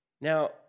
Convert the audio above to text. Now